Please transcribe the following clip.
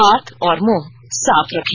हाथ और मुंह साफ रखें